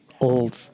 Old